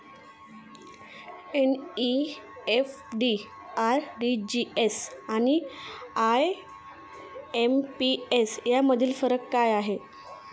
NEFT, RTGS आणि IMPS यामधील फरक काय आहे?